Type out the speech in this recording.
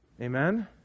Amen